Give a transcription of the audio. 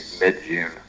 mid-June